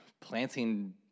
planting